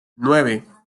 nueve